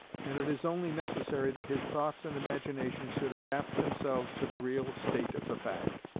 and it is only necessary that his thoughts and imagination should adapt themselves to the real state of the fact.